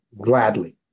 gladly